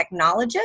technologist